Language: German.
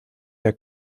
der